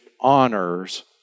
honors